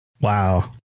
Wow